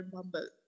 Bumble